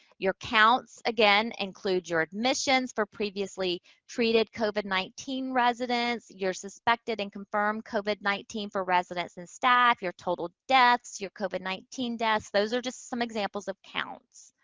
your counts, again, include your admissions for previously treated covid nineteen residents, your expected and confirmed covid nineteen for residents and staff, your total deaths, your covid nineteen deaths, those are just some examples of counts.